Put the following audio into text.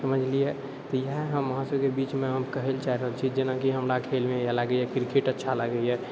समझलिए तऽ इएह हम अहाँ सबके बीचमे हम कहैलए चाहि रहल छी जेनाकि हमरा खेलमे लागैए किरकेट अच्छा लागैए